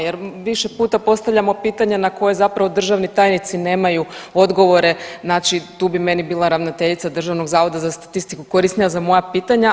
Jer više puta postavljamo pitanje na koje zapravo državni tajnici nemaju odgovore, znači tu bi meni bila ravnateljica Državnog zavoda za statistiku korisnija za moja pitanja.